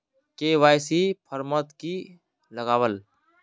KYC format की लगावल?